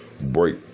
break